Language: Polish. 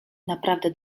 naprawdę